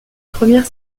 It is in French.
première